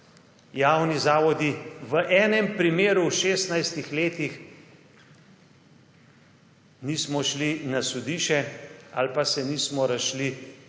javni zavodi. V enem primeru v 16 letih nismo šli na sodišče ali pa se nismo razšli kot